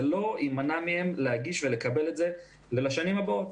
זה לא ימנע מהם להגיש ולקבל את זה בשנים הבאות,